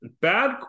Bad